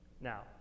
Now